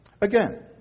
Again